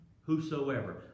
Whosoever